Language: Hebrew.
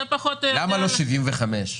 למה לא 75,000?